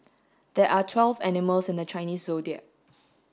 there are twelve animals in the Chinese Zodiac